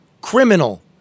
criminal